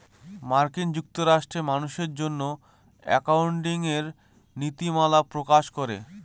মার্কিন যুক্তরাষ্ট্রে মানুষের জন্য একাউন্টিঙের নীতিমালা প্রকাশ করে